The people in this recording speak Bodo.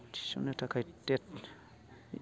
थिसननो थाखाय टेट